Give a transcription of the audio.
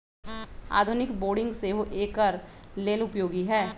आधुनिक बोरिंग सेहो एकर लेल उपयोगी है